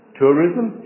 tourism